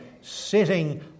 sitting